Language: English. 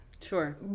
Sure